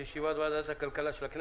אני פותח את ישיבת ועדת הכלכלה.